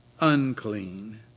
unclean